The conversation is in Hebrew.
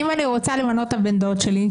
לטענתך אם אני רוצה למנות את הבן דוד שלי,